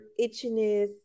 itchiness